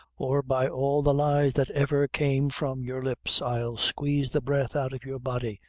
or by all the lies that ever came from your lips, i'll squeeze the breath out of your body,